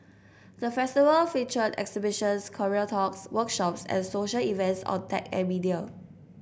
the Festival featured exhibitions career talks workshops and social events on tech and media